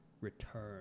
return